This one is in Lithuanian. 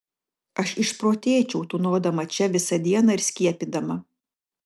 aš išprotėčiau tūnodama čia visą dieną ir skiepydama